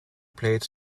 played